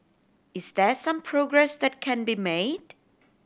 is there some progress that can be made